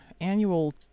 annual